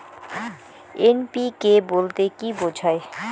NPK বলতে কী বোঝায়?